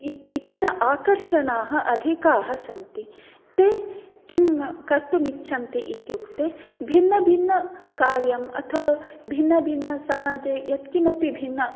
इतर आकर्षणाः अधिकाः सन्ति ते किं कर्तुमं इच्छन्ति इत्युक्ते भिन्न भिन्न कार्यं अथवा भिन्न भिन्न समाजे यत् किमपि भिन्न